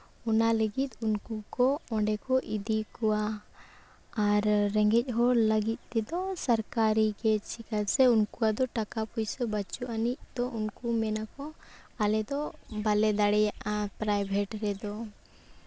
ᱚᱱᱟ ᱞᱟᱹᱜᱤᱫ ᱩᱱᱠᱩ ᱠᱚ ᱚᱸᱰᱮ ᱠᱚ ᱤᱫᱤ ᱠᱚᱣᱟ ᱟᱨ ᱨᱮᱸᱜᱮᱡᱽ ᱦᱚᱲ ᱞᱟᱹᱜᱤᱫ ᱛᱮᱫᱚ ᱥᱚᱨᱠᱟᱨᱤ ᱜᱮ ᱪᱮᱫᱟᱜ ᱥᱮ ᱩᱱᱠᱩᱣᱟᱜ ᱫᱚ ᱴᱟᱠᱟ ᱯᱚᱭᱥᱟ ᱵᱟᱹᱱᱩᱜᱼᱟᱹᱱᱤᱪ ᱛᱚ ᱩᱱᱠᱩ ᱢᱮᱱᱟᱠᱚ ᱟᱞᱮ ᱫᱚ ᱵᱟᱞᱮ ᱫᱟᱲᱮᱭᱟᱜᱼᱟ ᱯᱨᱟᱭᱵᱷᱮᱴ ᱨᱮᱫᱚ